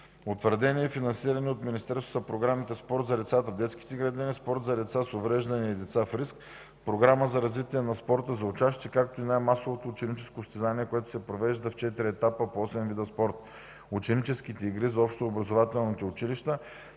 Утвърдени и финансирани от Министерството са програмите „Спорт за децата в детските градини”, „Спорт за деца с увреждания и деца в риск”, Програма за развитие на спорта за учащи се, както и най-масовото ученическо състезание, което се провежда в четири етапа по осем вида спорт, ученическите игри за общообразователните училища,